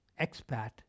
expat